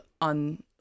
on